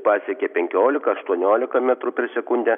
pasiekė penkiolika aštuoniolika metrų per sekundę